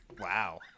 Wow